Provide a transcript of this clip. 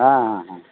ᱦᱮᱸ ᱦᱮᱸ